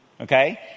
Okay